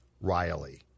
Riley